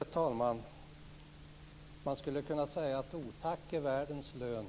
Herr talman! Man skulle kunna säga att otack är världens lön.